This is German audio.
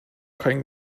kein